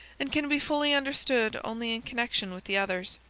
and can be fully understood only in connection with the others.